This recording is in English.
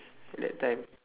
at that time